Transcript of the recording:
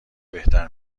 بهتر